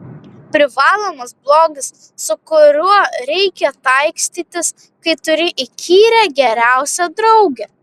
privalomas blogis su kuriuo reikia taikstytis kai turi įkyrią geriausią draugę